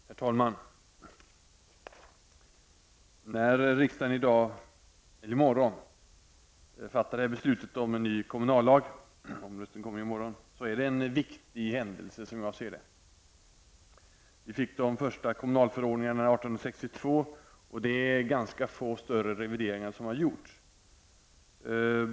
Herr talman! När riksdagen i morgon fattar beslut om en ny kommunallag -- omröstningen sker ju i morgon -- är det en viktig händelse, som jag ser det. Vi fick de första kommunalförordningarna 1862, och det har sedan gjorts ganska få större revideringar.